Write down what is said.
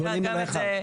פונים אליך.